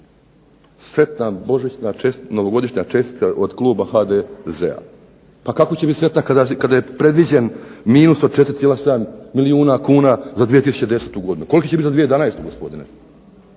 sretna novogodišnja čestitka od kluba HDZ-a. Pa kako će bit sretna kada je predviđen minus od 4,7 milijuna kuna za 2010. godinu. Koliki će biti za 2011. gospodine?